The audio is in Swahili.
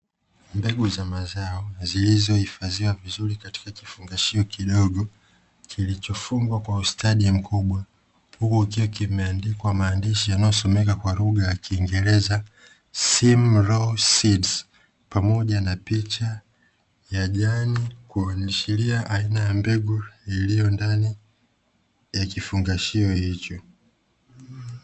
Mbegu za mazao zilizohifadhiwa vizuri katika kifungashio kidogo ,kilichofungwa kwa ustadi mkubwa huku kikiwa kimeandikwa maandishi yanayosomeka kwa lugha ya kiingereza "simlaw seed",pamoja na picha ya jani, linaloashiria aina ya mbegu iliyo ndani ya kifungashio hicho.